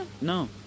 No